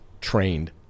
trained